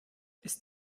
ist